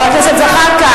ירשת את זה מהסבא שלך?